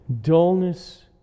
Dullness